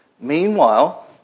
Meanwhile